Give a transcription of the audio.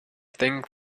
think